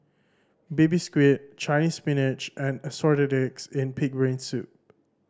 Baby Squid Chinese Spinach and Assorted Eggs and Pig's Brain Soup